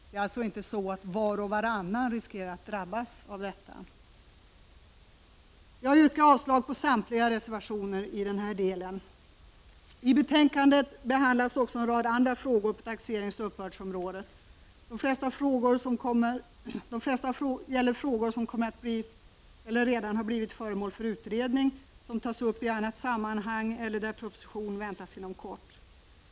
Det är alltså inte så att var och varannan riskerar att drabbas. Jag yrkar avslag på samtliga reservationer i denna del. I betänkandet behandlas också en rad andra frågor på taxeringsoch uppbördsområdet. De flesta är frågor som kommer att bli eller redan har blivit föremål för utredning, som tas upp i annat sammanhang eller där proposition väntas inom kort.